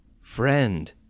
Friend